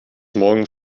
morgen